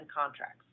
contracts